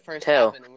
tell